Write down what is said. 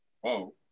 Whoa